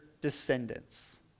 descendants